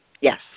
Yes